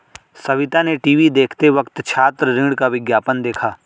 सविता ने टीवी देखते वक्त छात्र ऋण का विज्ञापन देखा